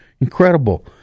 incredible